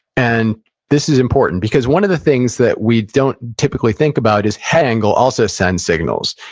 and this is important. because, one of the things that we don't typically think about is, head angle also sends signals.